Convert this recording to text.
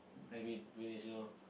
I mean loh